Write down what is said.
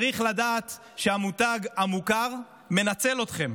צריך לדעת שהמותג המוכר מנצל אתכם.